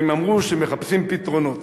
והם אמרו שהם מחפשים פתרונות.